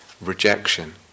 rejection